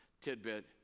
tidbit